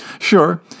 Sure